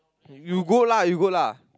you you good lah you good lah